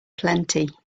plenty